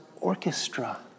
orchestra